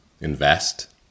invest